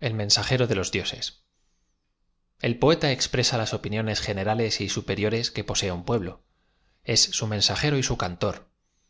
l memajero de lo dioses el poeta expresa las opiniones generales superio res que posee un pueblo es su mensajero su cantor